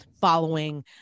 following